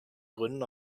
gründen